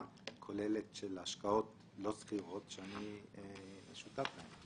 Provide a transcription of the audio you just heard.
כוללת של השקעות לא סחירות שאני שותף להן.